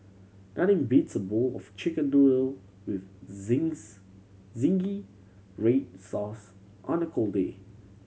nothing beats a bowl of Chicken Noodle with zingy red sauce on a cold day